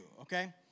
okay